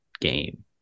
game